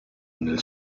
nel